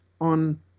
on